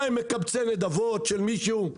מה, הם מקבצי נדבות של מישהו?